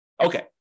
Okay